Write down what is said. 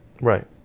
Right